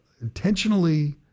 intentionally